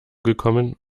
gekommen